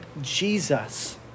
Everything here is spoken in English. Jesus